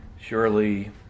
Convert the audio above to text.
surely